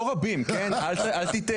לא רבים אל תטעה,